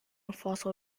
fossil